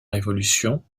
révolution